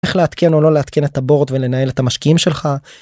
איך לעדכן או לא לעדכן את הבורד ולנהל את המשקיעים שלך.